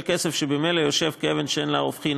כסף שממילא יושב כאבן שאין לה הופכין,